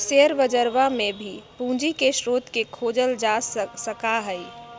share बजरवा में भी पूंजी के स्रोत के खोजल जा सका हई